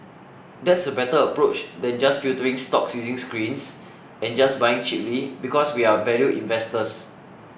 that's a better approach than just filtering stocks using screens and just buying cheaply because we're value investors